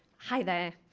hi there.